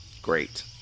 Great